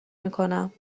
میکنم